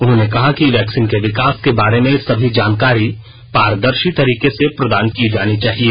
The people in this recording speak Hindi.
उन्होंने कहा कि वैक्सीन के विकास के बारे में सभी जानकारी पारदर्शी तरीके से प्रदान की जानी चाहिए